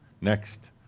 Next